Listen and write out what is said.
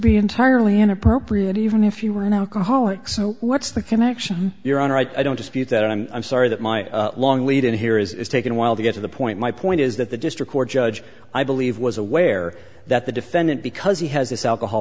be entirely inappropriate even if you were an alcoholic so what's the connection your honor i don't dispute that i'm i'm sorry that my long and here is is taken a while to get to the point my point is that the district court judge i believe was aware that the defendant because he has this alcohol